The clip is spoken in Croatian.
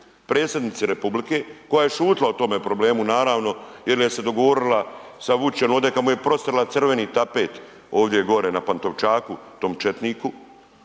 predsjednici RH koja je šutila o tome problemu naravno jel je se dogovorila sa Vučićem ovde kad mu je prostrla crveni tapet ovdje gore na Pantovčaku tom četniku,